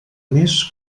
més